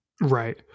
Right